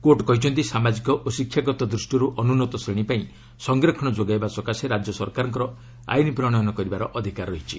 court କହିଛନ୍ତି ସାମାଜିକ ଓ ଶିକ୍ଷାଗତ ଦୃଷ୍ଟିର ଅନୁନ୍ନତ ଶ୍ରେଣୀ ପାଇଁ ସଂରକ୍ଷଣ ଯୋଗାଇବା ସକାଶେ ରାଜ୍ୟ ସରକାରଙ୍କର ଆଇନ୍ ପ୍ରଣୟନ କରିବାର ଅଧିକାର ରହିଛି